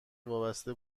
وابسته